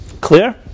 Clear